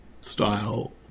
style